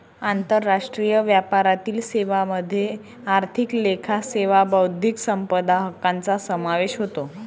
आंतरराष्ट्रीय व्यापारातील सेवांमध्ये आर्थिक लेखा सेवा बौद्धिक संपदा हक्कांचा समावेश होतो